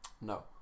No